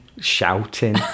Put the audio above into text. shouting